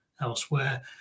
elsewhere